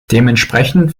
dementsprechend